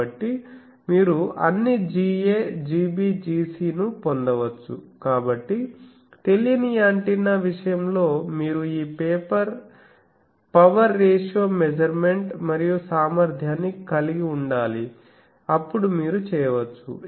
కాబట్టి మీరు అన్ని Ga Gb Gc ను పొందవచ్చు కాబట్టి తెలియని యాంటెన్నా విషయంలో మీరు ఈ పవర్ రేషియో మెజర్మెంట్ మరియు సామర్థ్యాన్ని కలిగి ఉండాలి అప్పుడు మీరు చేయవచ్చు